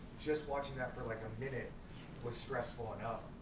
just watching that for like a minute was stressful and